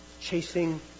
chasing